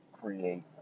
create